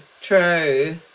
true